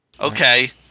okay